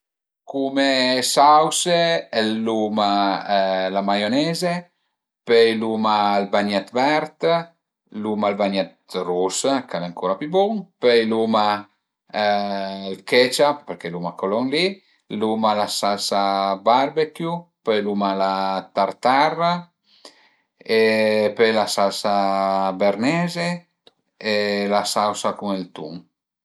Cume sause l'uma la maioneze, pöi l'uma ël bagnèt vert, l'uma ël bagnèt rus ch'al e ancura pi bun, pöi l'uma ël ketchup, përché l'uma co lon li, l'uma la salsa barbecue, pöi l'uma la tartare e pöi la salsa berneze e la sausa cun ël tun